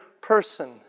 person